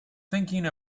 thinking